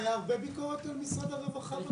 הייתה הרבה ביקורת במשרד הרווחה?